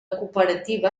cooperativa